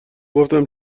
گفتم